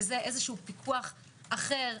וזה פיקוח אחר,